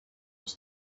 was